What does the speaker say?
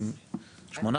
שמונה